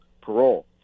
parole